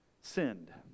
sinned